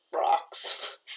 rocks